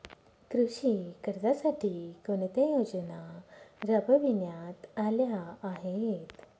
कृषी कर्जासाठी कोणत्या योजना राबविण्यात आल्या आहेत?